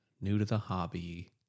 new-to-the-hobby